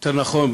יותר נכון,